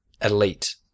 elite